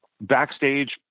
backstage